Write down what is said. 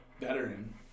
veteran